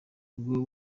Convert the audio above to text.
ubwo